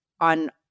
on